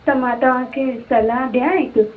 त मां तव्हांखे सलाह ॾिया हिकु